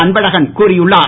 அன்பழகன் கூறியுள்ளார்